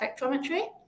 spectrometry